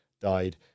died